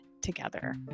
together